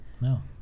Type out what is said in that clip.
no